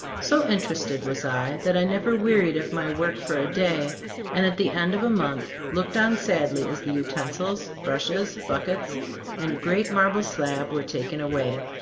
so interested was i, that i never wearied of my work for a day, and at the end of a month looked on sadly as the utensils, brushes, buck ets and great marble slab were taken away.